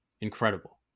incredible